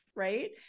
Right